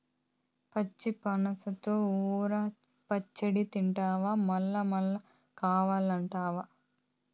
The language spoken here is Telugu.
పచ్చి పనసతో ఊర పచ్చడి తింటివా మల్లమల్లా కావాలంటావు